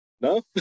No